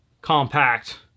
compact